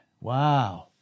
wow